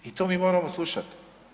I to mi moramo slušati.